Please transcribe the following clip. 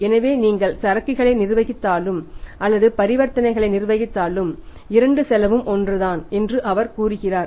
எனவே நீங்கள் சரக்குகளை நிர்வகித்தாலும் அல்லது பரிவர்த்தனைகளை நிர்வகித்தாலும் இரண்டும் செல்லவும் ஒன்றுதான் என்று அவர் கூறுகிறார்